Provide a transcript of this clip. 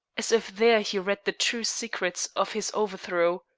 as if there he read the true secret of his overthrow,